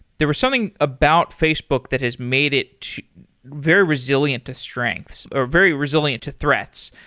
there was something about facebook that has made it very resilient to strengths, or very resilient to threats.